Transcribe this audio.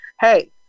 hey